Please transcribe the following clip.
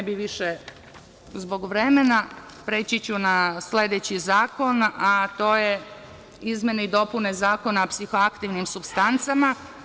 Zbog vremena preći ću na sledeći zakon, a to su izmene i dopune Zakona o psihoaktivnim supstancama.